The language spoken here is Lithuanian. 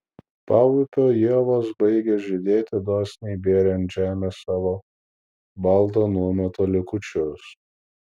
paupio ievos baigė žydėti dosniai bėrė ant žemės savo balto nuometo likučius